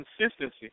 consistency